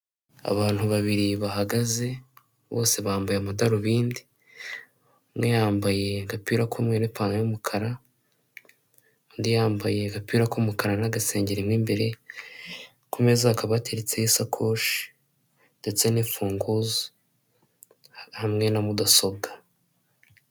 Abantu babiri bahagaze bose bambaye amadarubindi, umwe yambaye agapira k'umweru n'ipantaro y'umukara, undi yambaye agapira k'umukara n'agasengeri mo imbere, ku meza hakaba hateritse isakoshi ndetse n'imfunguzo hamwe na mudasobwa.